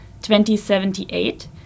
2078